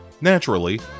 naturally